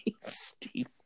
Steve